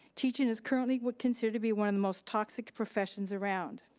teaching is currently considered to be one of the most toxic professions around.